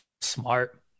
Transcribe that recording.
smart